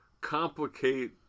complicate